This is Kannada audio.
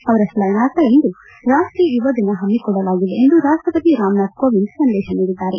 ಅವರ ಸ್ಪರಣಾರ್ಥ ಇಂದು ರಾಷ್ಟೀಯ ಯುವ ದಿನ ಹಮ್ಮಿಕೊಳ್ಳಲಾಗಿದೆ ಎಂದು ರಾಷ್ಟಪತಿ ರಾಮನಾಥ್ ಕೋವಿಂದ್ ಸಂದೇಶ ನೀಡಿದ್ದಾರೆ